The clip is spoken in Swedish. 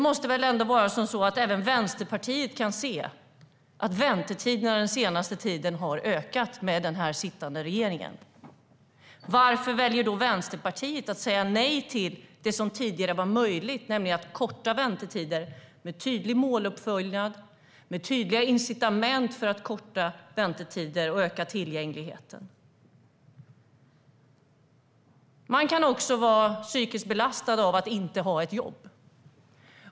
Även Vänsterpartiet måste väl se att väntetiderna den senaste tiden, med den sittande regeringen, har ökat? Varför väljer då Vänsterpartiet att säga nej till det som tidigare var möjligt, nämligen att korta väntetider med tydlig måluppföljning och tydliga incitament för att öka tillgängligheten? Man kan också vara psykiskt belastad av att inte ha ett jobb.